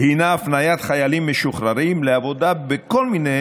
היא הפניית חיילים משוחררים לעבודה בכל מיני